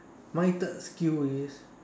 my third skill is